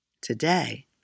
Today